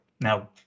Now